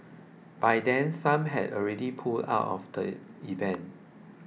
by then some had already pulled out of the event